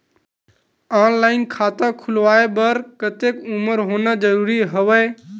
Online खाता खुलवाय बर कतेक उमर होना जरूरी हवय?